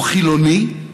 הוא חילוני,